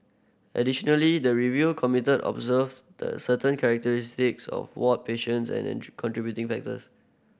additionally the review committee observed the certain characteristics of ward patients and contributing factors